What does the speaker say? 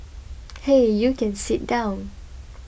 hey you can sit down